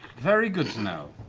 very good to know.